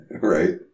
Right